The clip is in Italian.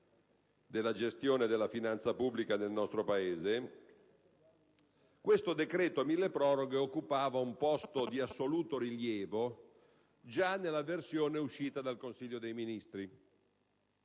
della gestione della finanza pubblica nel nostro Paese, questo decreto milleproroghe occupava un posto di assoluto rilievo già nella versione uscita dal Consiglio dei ministri.